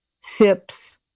sips